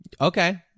Okay